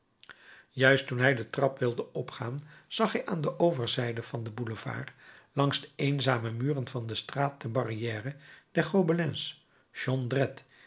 juist toen hij de trap wilde opgaan zag hij aan de overzijde van den boulevard langs de eenzame muren van de straat der barrière des gobelins jondrette